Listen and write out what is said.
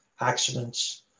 accidents